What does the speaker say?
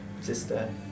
sister